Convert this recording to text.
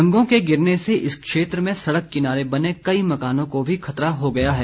डंगों के गिरने से इस क्षेत्र में सड़क किनारे बने कई मकानों को भी खतरा हो गया है